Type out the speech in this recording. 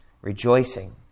rejoicing